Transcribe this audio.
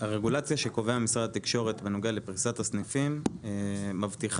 הרגולציה שקובע משרד התקשורת בנוגע לפריסת הסניפים מבטיחה